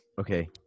Okay